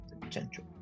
potential